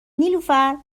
نیلوفرنه